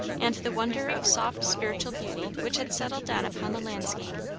and the wonder of soft spiritual beauty which had settled down upon the landscape,